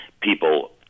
people